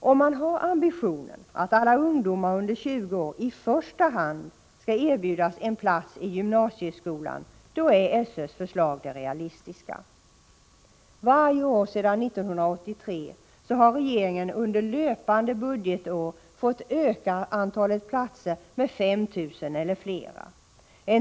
Om man har ambitionen att alla ungdomar under 20 år i första hand skall erbjudas en plats i gymnasieskolan, så är SÖ:s förslag det realistiska. Varje år sedan 1983 har regeringen under löpande budgetår fått öka antalet platser med 5 000 eller fler. En tilldelning i efterha5 000 eller fler.